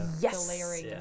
yes